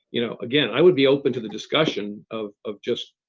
you know again, i would be open to the discussion of of just,